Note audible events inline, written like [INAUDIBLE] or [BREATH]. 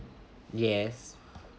yes [BREATH]